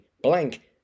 blank